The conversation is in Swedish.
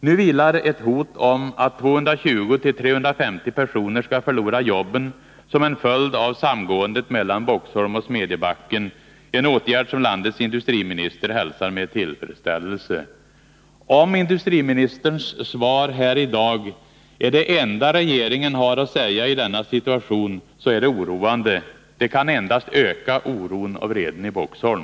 Nu finns ett hot om att 220-350 personer skall förlora jobben som en följd av samgåendet mellan Boxholm och Smedjebacken, en åtgärd som landets industriminister hälsar med tillfredsställelse. Om industriministerns svar här i dag är det enda regeringen har att säga i denna situation, så är det oroande. Det kan endast öka oron och vreden i Boxholm.